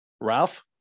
Ralph